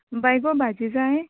बाय गो भाजी जाय